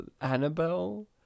Annabelle